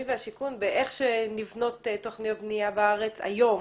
והשיכון באיך שנבנות תוכניות בנייה בארץ היום,